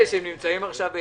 אז,